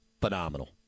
phenomenal